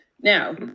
Now